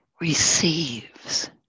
receives